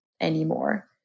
anymore